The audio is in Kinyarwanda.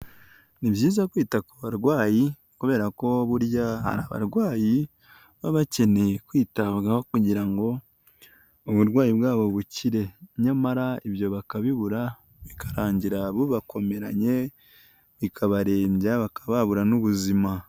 Ni byiza kwita ku barwayi kubera ko burya hari abarwayi baba bakeneye kwitabwaho kugira ngo uburwayi bwabo bukire nyamara ibyo bakabibura bikarangira bubakomeranye bikabarembya bakaba babura n'ubuzima.